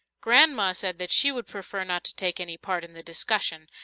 grandma said that she would prefer not to take any part in the discussion,